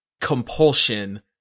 compulsion